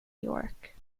york